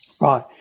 Right